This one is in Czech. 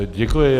Děkuji.